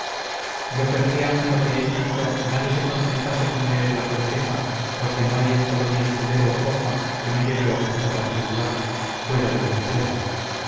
yo querría en lo que he escrito que nadie se contentase con leer la corteza porque no hay en todo mi escudero hoja que no lleve objeto particular fuera de lo que suena